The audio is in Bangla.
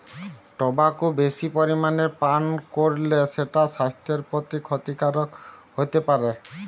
টবাকো বেশি পরিমাণে পান কোরলে সেটা সাস্থের প্রতি ক্ষতিকারক হোতে পারে